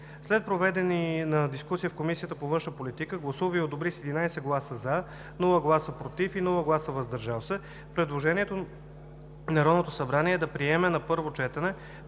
След проведена дискусия Комисията по външна политика гласува и одобри с 11 гласа „за“, без „против“ и „въздържал се“ предложението Народното събрание да приеме на първо четене